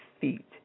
feet